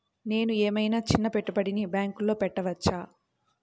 నేను ఏమయినా చిన్న పెట్టుబడిని బ్యాంక్లో పెట్టచ్చా?